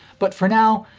but for now,